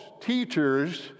teachers